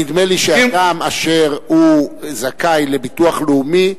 נדמה לי שאדם שזכאי לביטוח לאומי,